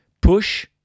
push